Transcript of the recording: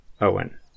Owen